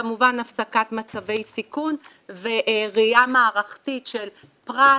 כמובן הפסקת מצבי סיכון וראייה מערכתית של פרט,